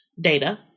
data